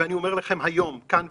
ואני אומר לכם כאן ועכשיו,